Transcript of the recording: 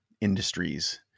industries